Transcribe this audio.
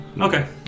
Okay